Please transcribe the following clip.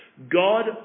God